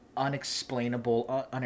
unexplainable